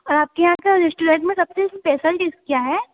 और आपके यहाँ सर रेस्टोरेंट में सबसे स्पेशल चीज़ क्या है